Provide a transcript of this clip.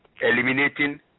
eliminating